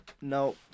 No